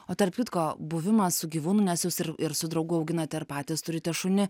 o tarp kitko buvimas su gyvūnu nes jūs ir ir su draugu auginate ir patys turite šunį